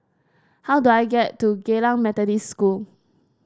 how do I get to Geylang Methodist School